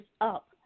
up